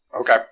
Okay